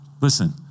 Listen